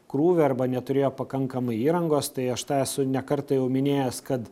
krūvio arba neturėjo pakankamai įrangos tai aš tą esu ne kartą jau minėjęs kad